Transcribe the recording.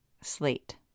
slate